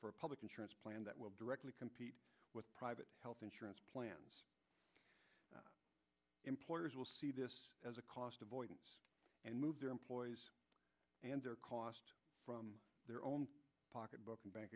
a public insurance plan that will directly compete with private health insurance plans employers will see this as a cost avoidance and move their employees and their cost from their own pocket book and bank